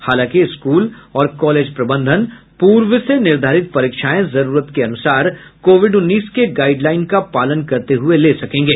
हालांकि स्कूल और कॉलेज प्रबंधन पूर्व से निर्धारित परीक्षाएं जरूरत के अनुसार कोविड उन्नीस के गाईडलाइन का पालन करते हुए ले सकेंगे